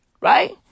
Right